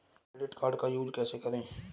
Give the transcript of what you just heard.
Credit card का use कैसे करें?